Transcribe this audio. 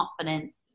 confidence